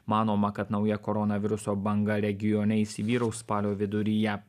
manoma kad nauja koronaviruso banga regione įsivyraus spalio viduryje